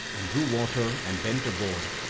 and drew water and went aboard,